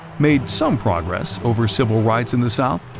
made some progress over civil rights in the south,